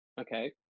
Okay